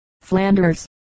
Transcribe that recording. Flanders